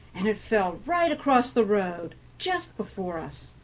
and it fell right across the road just before us.